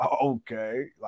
okay